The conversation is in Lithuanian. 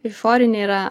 išoriniai yra